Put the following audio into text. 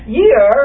year